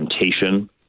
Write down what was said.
temptation